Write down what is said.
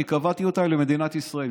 אני קבעתי אותה למדינת ישראל.